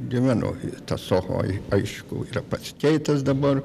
gyvenau to sohoj aišku yra pasikeitęs dabar